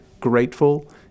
grateful